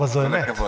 זו האמת.